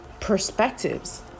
perspectives